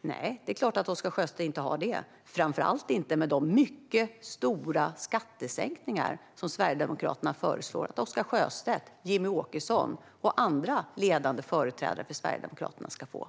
Nej, det är klart att Oscar Sjöstedt inte har det. Framför allt inte med de mycket stora skattesänkningar som Sverigedemokraterna föreslår att Oscar Sjöstedt, Jimmie Åkesson och andra ledande företrädare för Sverigedemokraterna ska få.